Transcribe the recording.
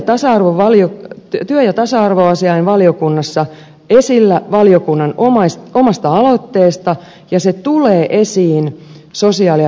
laki on työ ja tasa arvoasiain valiokunnassa esillä valiokunnan omasta aloitteesta ja se tulee esiin sosiaali ja terveysvaliokunnassa